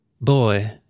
Boy